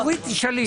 אורית, תשאלי.